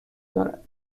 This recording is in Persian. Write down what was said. دارد